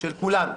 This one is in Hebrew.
של כולנו.